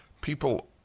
people